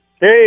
Hey